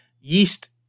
yeast